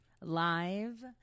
live